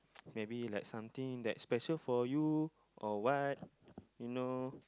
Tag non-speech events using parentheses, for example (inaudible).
(noise) maybe like something that's special for you or what you know